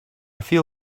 feel